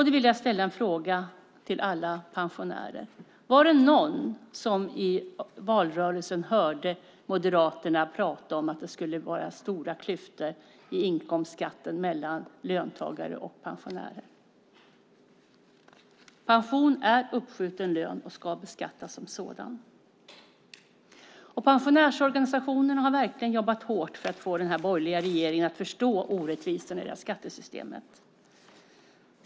Då vill jag ställa en fråga till alla pensionärer: Var det någon som i valrörelsen hörde Moderaterna tala om att det skulle vara stora klyftor i inkomstskatten mellan löntagare och pensionärer? Pension är uppskjuten lön och ska beskattas som sådan. Pensionärsorganisationerna har verkligen jobbat hårt för att få den borgerliga regeringen att förstå orättvisorna i det här skattesystemet.